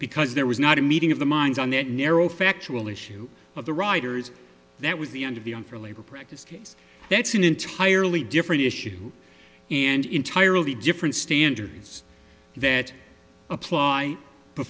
because there was not a meeting of the minds on that narrow factual issue of the riders that was the end of the on for labor practice case that's an entirely different issue and entirely different standards that apply befor